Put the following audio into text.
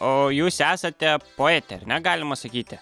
o jūs esate poetė ar ne galima sakyti